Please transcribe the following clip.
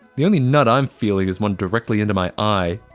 the only nut i'm feeling is one directly into my eye.